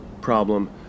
problem